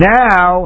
now